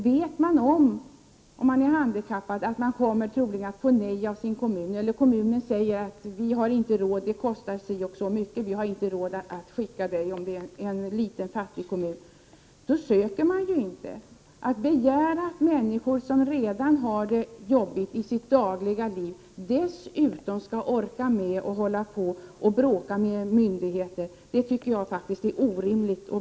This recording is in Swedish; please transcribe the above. Vet man som handikappad om att man troligen kommer att få beskedet från sin hemkommun att den är en liten och fattig kommun och inte har råd att skicka en till en annan kommun för utbildning, då söker man inte. Att begära att människor som redan har det jobbigt i sitt dagliga liv dessutom skall orka bråka med myndigheter tycker jag faktiskt är orimligt.